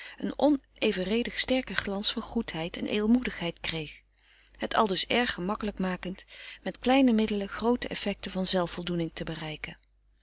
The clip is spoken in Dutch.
een onevenredig sterken glans van goedheid en edelmoedigheid kreeg het aldus erg gemakkelijk makend met kleine middelen groote effecten van zelfvoldoening te bereiken